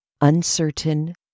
Uncertain